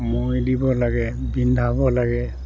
মৈ দিব লাগে বিন্ধাব লাগে